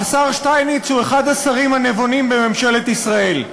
השר שטייניץ הוא אחד השרים הנבונים בממשלת ישראל,